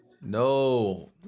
No